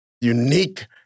unique